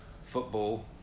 football